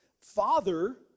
Father